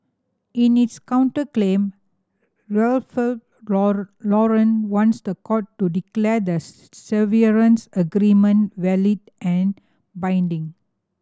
in its counterclaim Ralph Lauren wants the court to declare the severance agreement valid and binding